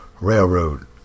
railroad